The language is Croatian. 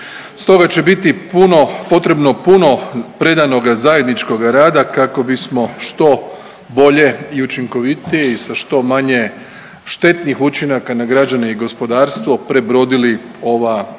Stoga će biti puno, potrebno puno predanoga zajedničkog rada kako bismo što bolje i učinkovitije i sa što manje štetnih učinaka na građane i gospodarstvo prebrodili ova zaista